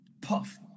Puff